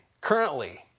currently